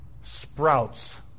sprouts